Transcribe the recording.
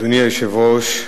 אדוני היושב-ראש,